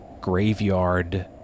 graveyard